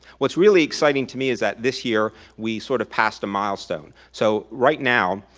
what's really exciting to me is that this year we sort of passed a milestone. so right now,